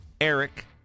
Eric